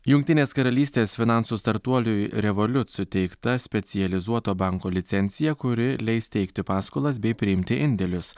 jungtinės karalystės finansų startuoliui revoliut suteikta specializuoto banko licencija kuri leis teikti paskolas bei priimti indėlius